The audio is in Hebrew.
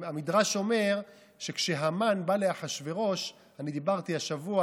המדרש אומר שכשהמן בא לאחשוורוש, אני דיברתי השבוע